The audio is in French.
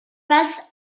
face